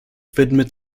widmet